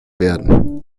werden